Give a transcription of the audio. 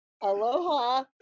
Aloha